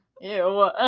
Ew